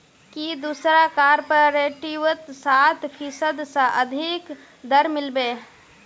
की दूसरा कॉपरेटिवत सात फीसद स अधिक दर मिल बे